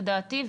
לדעתי,